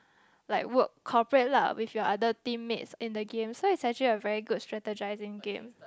like work cooperate lah with your other teammates in the game so it's such a very good strategizing game